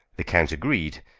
the count agreed,